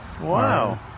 Wow